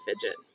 fidget